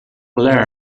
learned